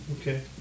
Okay